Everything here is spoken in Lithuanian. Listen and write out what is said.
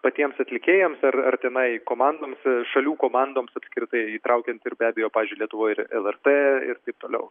patiems atlikėjams ar ar tenai komandoms šalių komandoms apskritai įtraukiant ir be abejo pavyzdžiui lietuvoj ir lrt ir taip toliau